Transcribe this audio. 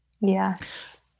yes